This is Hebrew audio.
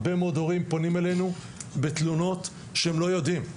הרבה מאוד הורים פונים אלינו בתלונות שהם לא יודעים,